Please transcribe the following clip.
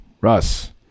Russ